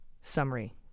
summary